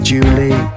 Julie